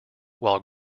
while